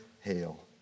hail